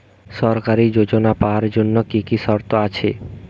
সরকারী যোজনা পাওয়ার জন্য কি কি শর্ত আছে?